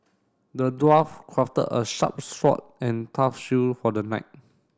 the dwarf crafted a sharp sword and tough shield for the knight